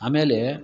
ಆಮೇಲೆ